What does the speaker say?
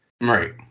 Right